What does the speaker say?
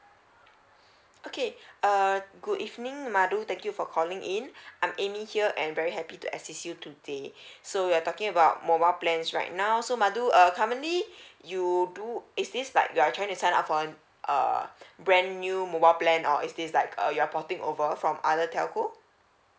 okay uh good evening madu thank you for calling in I'm amy here and very happy to assist you today so you're talking about mobile plans right now so madu uh currently you do is it like you're trying to sign up for um brand new mobile plan or is this like you're porting over from other telco